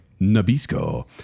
Nabisco